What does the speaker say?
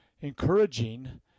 encouraging